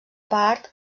part